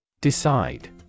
Decide